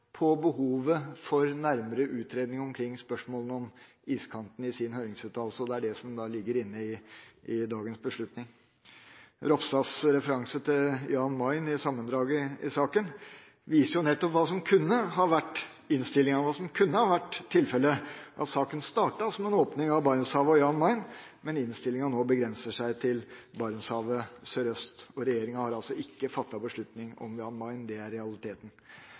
på behovet for nærmere utredning omkring spørsmålene om iskanten, og det er det som ligger inne i dagens beslutning. Ropstads referanse til Jan Mayen i sammendraget i saken viser nettopp hva som kunne ha vært innstillinga, hva som kunne ha vært tilfellet: Saken kunne ha startet som en åpning av Barentshavet og Jan Mayen, men innstillinga nå begrenser seg til Barentshavet sørøst. Regjeringa har ikke fattet beslutning om Jan Mayen; det er realiteten.